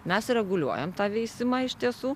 mes reguliuojam tą veisimą iš tiesų